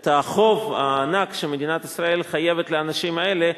את החוב הענק שמדינת ישראל חייבת לאנשים האלה,